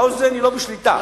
האוזן היא לא בשליטה,